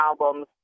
albums